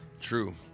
true